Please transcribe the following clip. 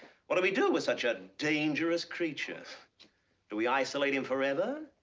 what do we do with such a dangerous creature? do we isolate him forever?